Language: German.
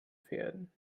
pferden